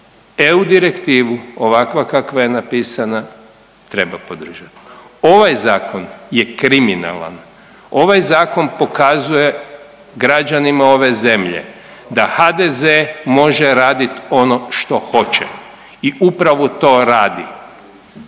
EU direktivu ovakva kakva je napisana treba podržati. Ovaj Zakon je kriminalan. Ovaj Zakon pokazuje građanima ove zemlje da HDZ-e može raditi ono što hoće i upravo to radi.